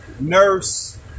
nurse